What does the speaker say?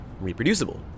reproducible